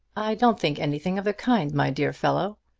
i don't think anything of the kind, my dear fellow.